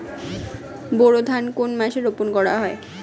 বোরো ধান কোন মাসে রোপণ করা হয়?